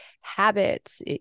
habits